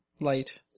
Light